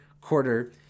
quarter